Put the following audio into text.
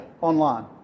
online